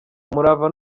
umurava